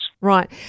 Right